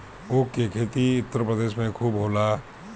ऊख के खेती उत्तर प्रदेश में खूब होला